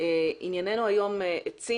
על סדר יומנו היום עצים,